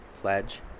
pledge